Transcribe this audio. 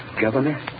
Governor